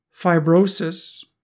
fibrosis